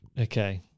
Okay